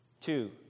Two